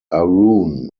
arun